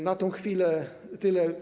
Na tę chwilę tyle.